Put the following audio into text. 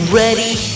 ready